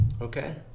Okay